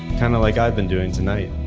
kind of like i've been doing tonight.